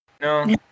No